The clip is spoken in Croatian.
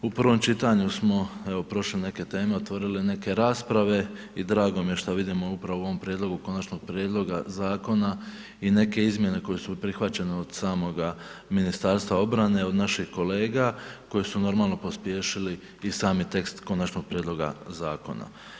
U prvom čitanju smo evo prošli neke teme, otvorili neke rasprave i drago mi je što vidimo upravo u ovom prijedlogu konačnog prijedloga zakona i neke izmjene koje su prihvaćene od samoga Ministarstva obrane, od naših kolega koji su normalno pospješili i sami tekst konačnog prijedloga zakona.